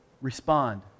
respond